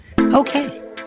Okay